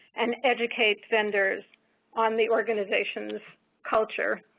and educated vendors on the organizations culture,